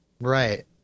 right